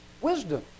Wisdom